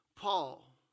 Paul